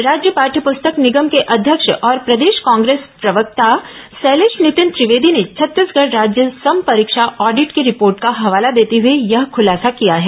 राज्य पाद्य पुस्तक निगम के अध्यक्ष और प्रदेश कांग्रेस प्रवक्ता शैलेष नितिन त्रिवेदी ने छत्तीसगढ़ राज्य संपरीक्षा ऑडिट के रिपोर्ट का हवाला देते हुए यह खुलासा किया है